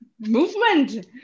Movement